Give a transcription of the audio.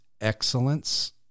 excellence